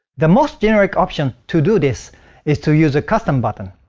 the most generic option to do this is to use a custom button.